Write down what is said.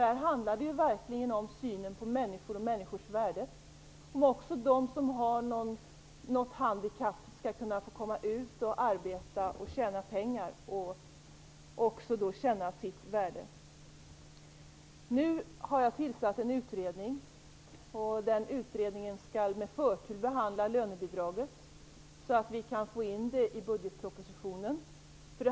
Det handlar verkligen om synen på människor och människors värde om också de som har något handikapp skall kunna komma ut och arbeta och tjäna pengar och även känna sitt värde. Nu har jag tillsatt en utredning som med förtur skall behandla lönebidraget, så att vi kan få in det i budgetpropositionen.